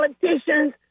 politicians